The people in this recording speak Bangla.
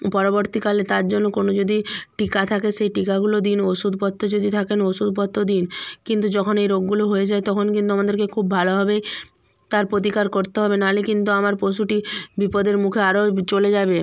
পরবর্তীকালে তার জন্য কোনো যদি টিকা থাকে সেই টিকাগুলো দিন ওষুধপত্র যদি থাকেন ওষুধপত্র দিন কিন্তু যখন এই রোগগুলো হয়ে যায় তখন কিন্তু আমাদেরকে খুব ভালোভাবে তার প্রতিকার করতে হবে নাহলে কিন্তু আমার পশুটি বিপদের মুখে আরো চলে যাবে